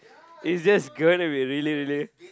is just going to be really really